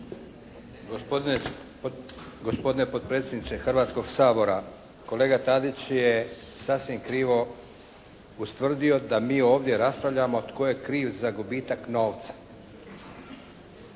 Gospodine potpredsjedniče Hrvatskog sabora! Kolega Tadić je sasvim krivo ustvrdio da mi ovdje raspravljamo tko je kriv za gubitak novca.